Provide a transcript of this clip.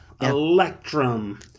Electrum